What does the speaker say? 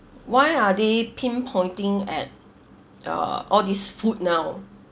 why are they pinpointing at the all these food now